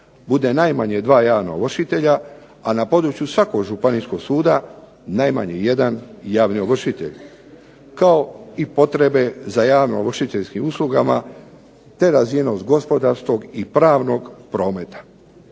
bude najmanje 2 javna ovršitelja, a na području svakog županijskog suda najmanje jedan javni ovršitelj, kao i potrebe za javno ovršiteljskim uslugama te razvijenog gospodarskog i pravnog prometa.